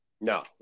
No